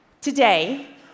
Today